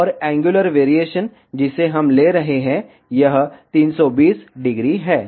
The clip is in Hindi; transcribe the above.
और एंगुलर वेरिएशन जिसे हम ले रहे हैं यह 320° है